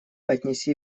отнеси